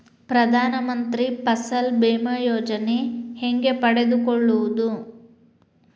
ಪ್ರಧಾನ ಮಂತ್ರಿ ಫಸಲ್ ಭೇಮಾ ಯೋಜನೆ ಹೆಂಗೆ ಪಡೆದುಕೊಳ್ಳುವುದು?